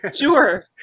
Sure